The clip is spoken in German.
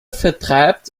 vertreibt